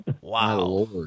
Wow